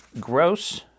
gross